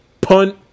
punt